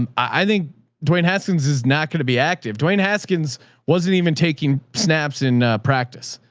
um i think dwayne haskins is not going to be active. dwayne haskins wasn't even taking snaps in practice.